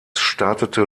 startete